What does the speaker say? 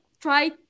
try